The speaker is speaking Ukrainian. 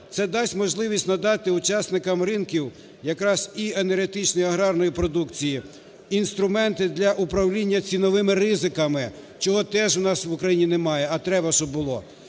це дасть можливість надати учасникам ринків якраз і енергетичної, і аграрної продукції, інструменти для управління ціновими ризиками, чого теж у нас в Україні немає, а треба щоб було.